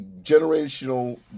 generational